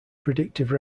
predictive